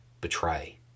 betray